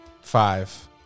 five